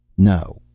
no,